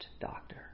doctor